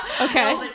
Okay